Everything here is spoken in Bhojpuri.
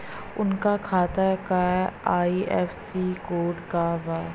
उनका खाता का आई.एफ.एस.सी कोड का बा?